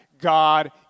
God